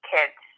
Kids